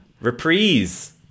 reprise